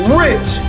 rich